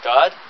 God